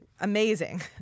amazing